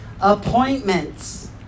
appointments